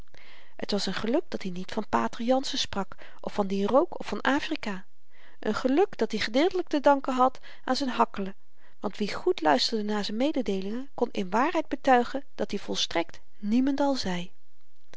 t was n geluk dat-i niet van pater jansen sprak of van dien rook of van afrika een geluk dat-i gedeeltelyk te danken had aan z'n hakkelen want wie goed luisterde naar z'n mededeelingen kon in waarheid betuigen dat-i volstrekt niemendal zei